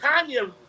Tanya